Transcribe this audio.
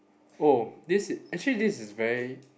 oh this actually this is very